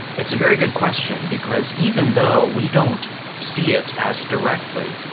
it's a very good question because even though we don't see it as directly,